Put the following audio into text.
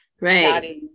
right